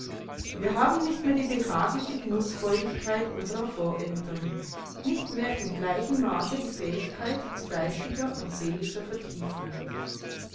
wir haben nicht mehr die behagliche genußfreudigkeit unserer voreltern nicht mehr im gleichen maße die fähigkeit zu geistiger und seelischer vertiefung